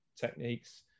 techniques